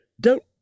Don't